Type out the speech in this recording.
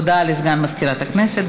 הודעה לסגן מזכירת הכנסת.